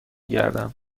گردم